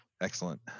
Excellent